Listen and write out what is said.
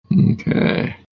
okay